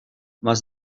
más